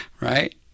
Right